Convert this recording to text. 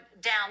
down